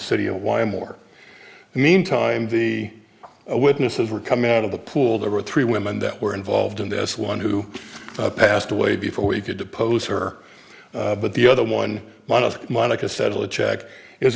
city of why more meantime the witnesses were coming out of the pool there were three women that were involved in this one who passed away before we could depose her but the other one one of monica's settle a check is